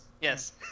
Yes